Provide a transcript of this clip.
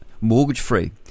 mortgage-free